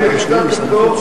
אם יש צו נגדו,